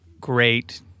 great